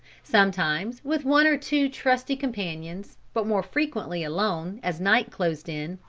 sometimes with one or two trusty companions, but more frequently alone, as night closed in,